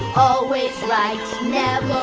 always right, never